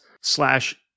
slash